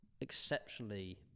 exceptionally